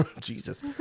Jesus